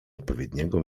odpowiedniego